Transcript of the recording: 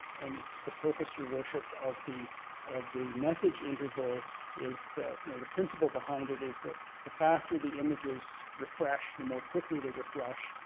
and the purpose, your worship, of the of the message interval is that or the principle behind it is the faster the images refresh, the more quickly they refresh,